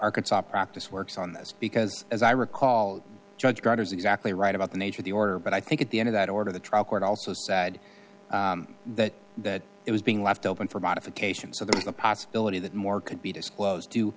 arkansas practice works on this because as i recall judge carter's exactly right about the nature of the order but i think at the end of that order the trial court also sad that that it was being left open for modification so there is a possibility that more could be disclose